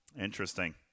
interesting